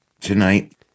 tonight